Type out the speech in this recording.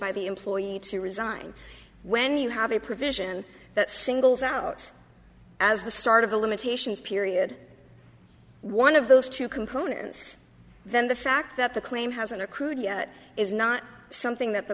by the employee to resign when you have a provision that singles out as the start of the limitations period one of those two components then the fact that the claim hasn't accrued yet is not something that the